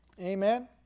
Amen